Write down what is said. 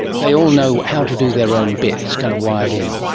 they all know how to do their own bit, it's kind of wired in?